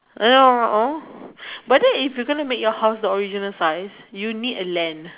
I don't know but then if your gonna make your house the original size you need a land